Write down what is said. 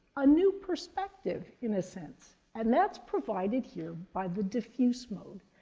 a new perspective in a sense, and that's provided here by the diffuse mode.